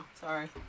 Sorry